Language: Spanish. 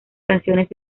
canciones